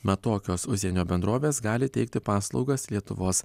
mat tokios užsienio bendrovės gali teikti paslaugas lietuvos